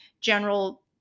General